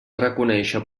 reconéixer